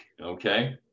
okay